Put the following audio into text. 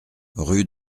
rue